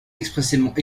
expressément